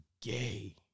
gay